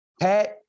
Pat